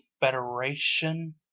Federation